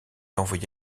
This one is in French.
envoyé